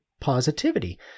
positivity